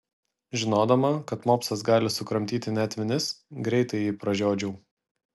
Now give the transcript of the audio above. žinodama kad mopsas gali sukramtyti net vinis greitai jį pražiodžiau